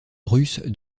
russe